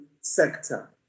sector